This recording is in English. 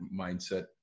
mindset